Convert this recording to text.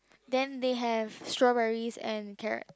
then they have strawberries and carrot